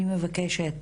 אני מבקשת